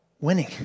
winning